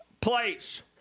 place